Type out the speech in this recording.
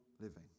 Living